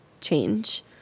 change